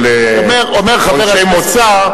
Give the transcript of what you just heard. של עונשי מוצא,